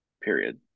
Period